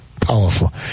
powerful